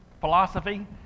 philosophy